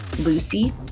Lucy